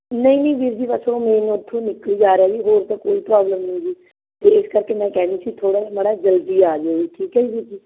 ਨਹੀਂ ਜੀ ਵੀਰ ਜੀ ਬਸ ਉਹ ਮੇਨ ਉੱਥੋਂ ਨਿਕਲੀ ਜਾ ਰਿਹਾ ਜੀ ਹੋਰ ਤਾ ਕੋਈ ਪ੍ਰੋਬਲਮ ਨਹੀਂ ਜੀ ਅਤੇ ਇਸ ਕਰਕੇ ਮੈਂ ਕਹਿ ਰਹੀ ਸੀ ਥੋੜ੍ਹਾ ਜਿਹਾ ਮਾੜਾ ਜਿਹਾ ਜਲਦੀ ਆ ਜਾਇਓ ਜੀ ਠੀਕ ਹੈ ਜੀ ਵੀਰ ਜੀ